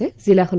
zero